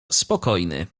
spokojny